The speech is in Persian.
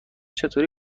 چطور